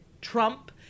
trump